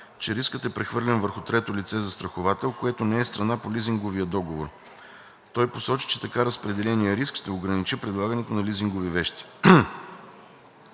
че рискът е прехвърлен върху трето лице – застраховател, което не е страна по лизинговия договор. Той посочи, че така разпределеният риск ще ограничи предлагането на лизингови вещи.